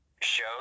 shows